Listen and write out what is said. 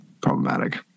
problematic